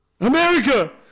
America